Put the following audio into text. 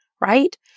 right